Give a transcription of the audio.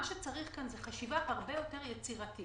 מה שצריך כאן זו חשיבה הרבה יותר יצירתית,